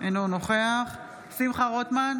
אינו נוכח שמחה רוטמן,